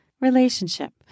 relationship